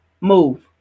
Move